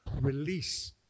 release